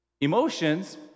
Emotions